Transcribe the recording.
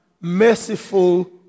merciful